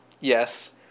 yes